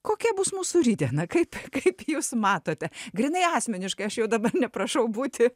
kokie bus mūsų rytdiena kaip kaip jūs matote grynai asmeniškai aš jau dabar neprašau būti